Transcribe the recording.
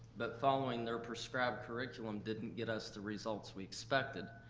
but following their prescribed curriculum didn't get us the results we expected.